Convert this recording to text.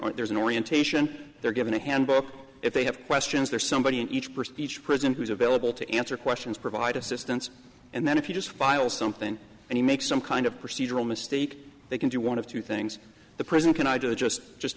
aunt there's an orientation they're given a handbook if they have questions there's somebody in each person each person who is available to answer questions provide assistance and then if you just file something and you make some kind of procedural mistake they can do one of two things the prison can i just just